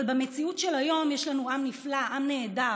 אבל במציאות של היום יש לנו עם נפלא, עם נהדר,